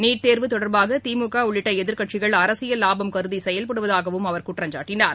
NEET தேர்வு தொடர்பாகதிமுகஉள்ளிட்டஎதிர்க்கட்சிகள் அரசியல் லாபம் கருதிசெயல்படுவதாகவும் அவர் குற்றம் சாட்டினார்